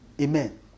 Amen